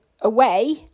away